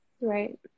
Right